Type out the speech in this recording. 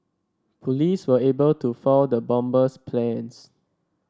police were able to foil the bomber's plans